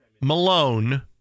Malone